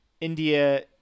India